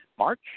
March